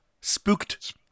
Spooked